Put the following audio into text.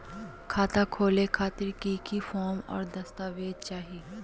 खाता खोले खातिर की की फॉर्म और दस्तावेज चाही?